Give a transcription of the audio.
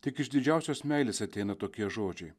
tik iš didžiausios meilės ateina tokie žodžiai